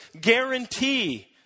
guarantee